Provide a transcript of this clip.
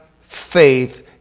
faith